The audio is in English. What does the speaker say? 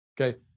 Okay